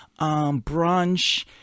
brunch